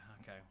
okay